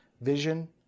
Vision